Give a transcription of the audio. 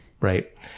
right